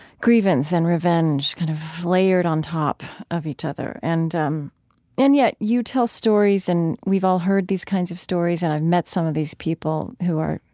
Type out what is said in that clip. grievance and revenge kind of layered on top of each other. and um and yet, you tell stories and we've all heard these kinds of stories and i've met some of these people who are,